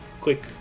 quick